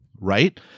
right